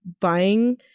buying